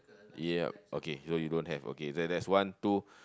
ya okay so you don't have okay there's one two